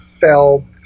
fell